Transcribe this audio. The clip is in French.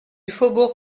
faubourg